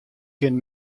kin